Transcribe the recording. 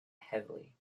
heavily